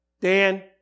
Dan